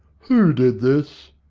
who did this?